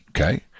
Okay